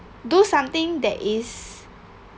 do something that is